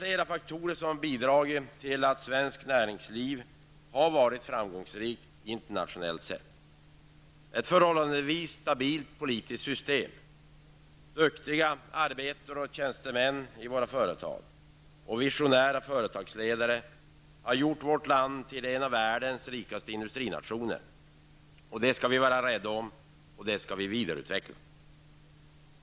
Flera faktorer har bidragit till att det svenska näringslivet har varit framgångsrikt internationellt sett. Ett förhållandevis stabilt politiskt system, duktiga arbetare och tjänstemän i våra företag samt visionära företagsledare har gjort att vårt land är en av världens rikaste industrinationer. Detta skall vi värna och vidareutveckla.